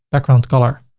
background color,